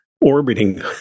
orbiting